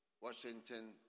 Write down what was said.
Washington